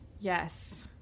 Yes